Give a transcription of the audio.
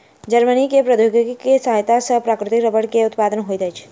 Germany में प्रौद्योगिकी के सहायता सॅ प्राकृतिक रबड़ के उत्पादन होइत अछि